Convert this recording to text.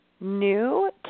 new